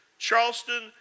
Charleston